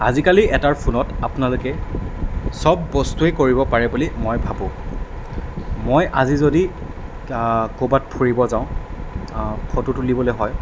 আজিকালি এটাৰ ফোনত আপোনালোকে চব বস্তুৱেই কৰিব পাৰে বুলি মই ভাবোঁ মই আজি যদি ক'ৰবাত ফুৰিব যাওঁ ফটো তুলিবলৈ হয়